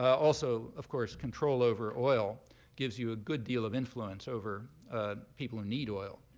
also, of course, control over oil gives you a good deal of influence over ah people who need oil.